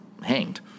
hanged